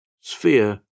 sphere